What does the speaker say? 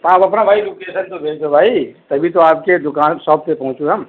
آپ اپنا بھائی لوکیشن تو بھیج دو بھائی تبھی تو آپ کے دوکان پہ شاپ پہ پہنچوں ہم